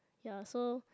ya so